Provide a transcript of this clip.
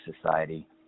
society